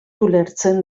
ulertzen